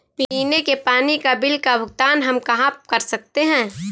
पीने के पानी का बिल का भुगतान हम कहाँ कर सकते हैं?